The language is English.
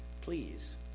please